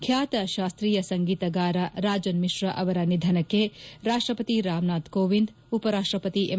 ಖ್ಯಾತ ಶಾಸ್ತೀಯ ಸಂಗೀತೆಗಾರ ರಾಜನ್ ಮಿಶ್ರಾ ಅವರ ನಿಧನಕ್ಕೆ ರಾಷ್ಟಪತಿ ರಾಮನಾಥ್ ಕೋವಿಂದ್ ಉಪರಾಷ್ಟಪತಿ ಎಂ